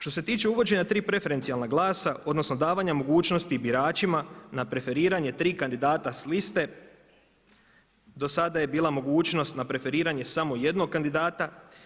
Što se tiče uvođenja tri preferencijalna glasa odnosno davanja mogućnosti biračima na preferiranje tri kandidata s liste dosada je bila mogućnost na preferiranje samo jednog kandidata.